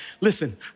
Listen